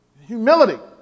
Humility